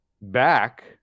back